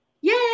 Yay